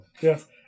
Yes